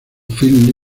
phil